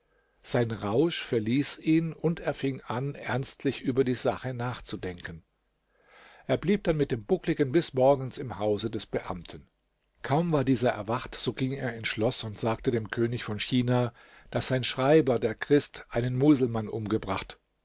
sein rausch verließ ihn und er fing an ernstlich über die sache nachzudenken er blieb dann mit dem buckligen bis morgens im hause des beamten kaum war dieser erwacht so ging er ins schloß und sagte dem könig von china daß sein schreiber der christ einen muselmann umgebracht